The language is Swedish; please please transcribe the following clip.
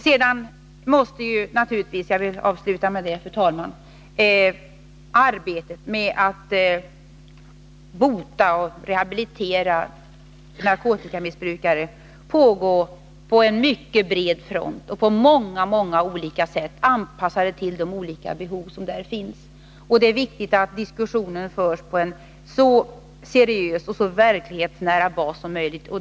Jag vill, fru talman, avsluta med att säga att arbetet med att bota och rehabilitera narkotikamissbrukare naturligtvis måste pågå på en mycket bred front och på många olika sätt, anpassade till de behov som där finns. Det är viktigt att diskussionen förs på en så seriös och verklighetsnära basis som möjligt.